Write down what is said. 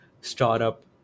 startup